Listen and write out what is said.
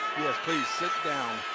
yes, please, sit down.